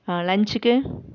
ஆ லஞ்சுக்கு